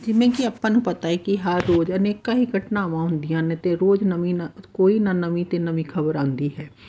ਜਿਵੇਂ ਕਿ ਆਪਾਂ ਨੂੰ ਪਤਾ ਹੈ ਕਿ ਹਰ ਰੋਜ਼ ਅਨੇਕਾਂ ਹੀ ਘਟਨਾਵਾਂ ਹੁੰਦੀਆਂ ਨੇ ਅਤੇ ਰੋਜ਼ ਨਵੀਂ ਨ ਕੋਈ ਨਾ ਨਵੀਂ ਅਤੇ ਨਵੀਂ ਖ਼ਬਰ ਆਉਂਦੀ ਹੈ